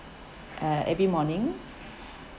uh every morning